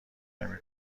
نمی